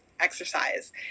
exercise